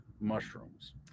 mushrooms